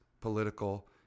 political